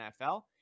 NFL